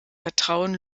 vertrauen